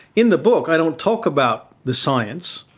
in the book i don't talk about the science,